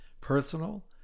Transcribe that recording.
personal